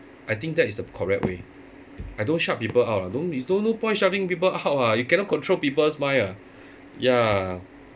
I think that is the correct way I don't shut people out lah don't be got no point shutting people out [what] you cannot control people's mind ah ya